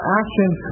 actions